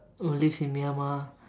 who lives in Myanmar